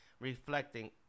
reflecting